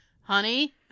honey